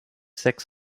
six